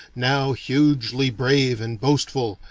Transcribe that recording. now hugely brave and boastful,